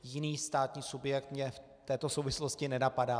Jiný státní subjekt mě v této souvislosti nenapadá.